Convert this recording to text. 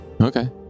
Okay